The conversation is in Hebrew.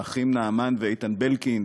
האחים נעמן ואיתן בלקינד,